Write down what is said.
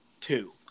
two